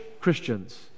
Christians